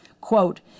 Quote